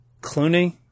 Clooney